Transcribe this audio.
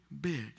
big